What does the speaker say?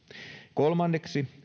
kolmanneksi